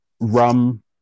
rum